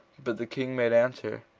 but the king made answer,